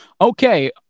Okay